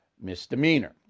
misdemeanor